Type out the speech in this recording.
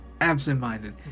absent-minded